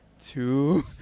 two